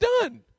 done